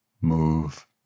move